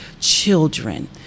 children